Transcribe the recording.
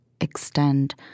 extend